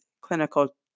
clinical